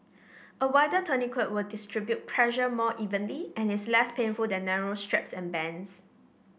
a wider tourniquet will distribute pressure more evenly and is less painful than narrow straps and bands